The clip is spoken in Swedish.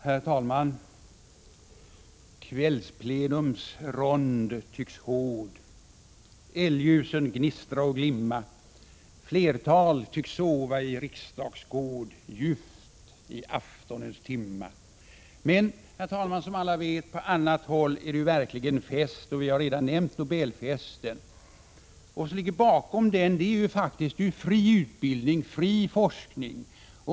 Herr talman! Kvällsplenums rond tycks hård, elljusen gnistra och glimma. Flertal tycks sova i riksdagsgård ljuvt i aftonens timma. Herr talman! Som alla vet är det på annat håll verklig fest. Vi har redan nämnt Nobelfesten. Vad som ligger bakom den är faktiskt fri utbildning och fri forskning.